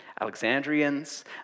Alexandrians